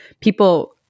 people